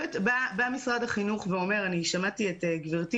משרד החינוך אומר אני שמעתי את גברתי